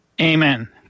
Amen